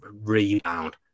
rebound